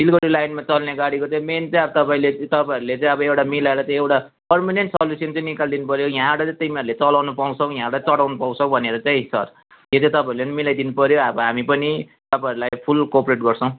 सिलगढी लाइनमा चल्ने गाडीको चाहिँ मेन चाहिँ अब तपाईँले तपाईँहरूले चाहिँ अब एउटा मिलाएर चाहिँ एउटा पर्मनेन्ट सल्युसन चाहिँ निकालदिनु पर्यो यहाँबाट चाहिँ तिमीहरूले चलाउनु पाउँछौ यहाँबाट चढाउनु पाउँछौ भनेर चाहिँ सर यो चाहिँ तपाईँहरूले पनि मिलाइदिनु पर्यो अब हामी पनि तपाईँहरूलाई फुल कोअपरेट गर्छौँ